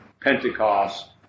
Pentecost